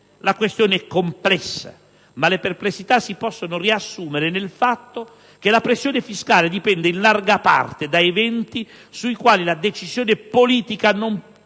La questione è complessa, ma le perplessità si possono riassumere nel fatto che la pressione fiscale dipende in larga parte da eventi sui quali la decisione politica può